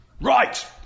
Right